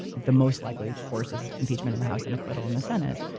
the most likely course is impeachment in the house and acquittal in the senate,